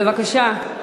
בבקשה,